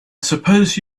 suppose